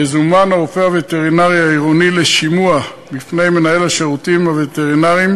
יזומן הרופא הווטרינר העירוני לשימוע בפני מנהל השירותים הווטרינריים